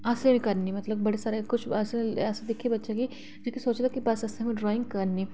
कि असें बी करनी किश बच्चे ऐसे होंदे कि जेह्के सोचदे कि एह् ड्राइंग असें करनी